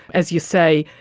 as you say,